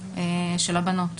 של הבנות.